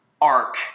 arc